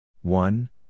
one